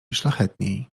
szlachetniej